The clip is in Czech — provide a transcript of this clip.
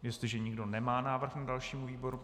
Jestliže nikdo nemá návrh na další výbor...